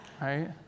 right